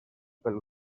pel